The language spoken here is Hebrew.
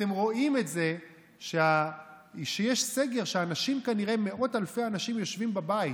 אתם רואים שיש סגר, שמאות אלפי אנשים יושבים בבית.